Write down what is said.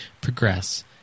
progress